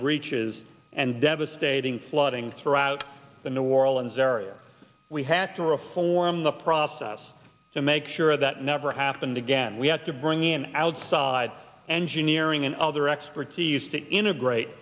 breaches and devastating flooding throughout the new orleans area we had to reform the process to make sure that never happened again we had to bring in outside engineering and other expertise to integrate